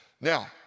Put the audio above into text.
Now